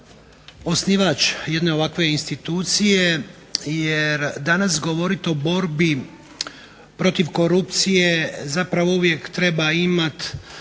osnivač jedne ovakve institucije. Jer danas govorit o borbi protiv korupcije zapravo uvijek treba imat